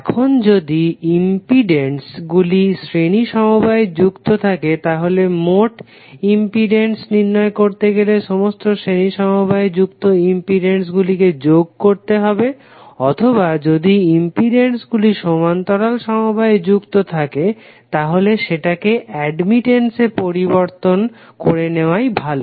এখন যদি ইম্পিডেন্স গুলি শ্রেণী সমবায়ে যুক্ত থাকে তাহলে মোট ইম্পিডেন্স নির্ণয় করতে গেলে সমস্ত শ্রেণী সমবায়ে যুক্ত ইম্পিডেন্স গুলিকে যোগ করতে হবে অথবা যদি ইম্পিডেন্স গুলি সমান্তরাল সমবায়ে যুক্ত থাকে তাহলে সেটাকে অ্যাডমিটেন্স এ পরিবর্তন করে নেওয়াই ভালো